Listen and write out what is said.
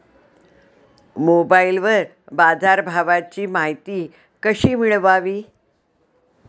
मोबाइलवर बाजारभावाची माहिती कशी मिळवावी?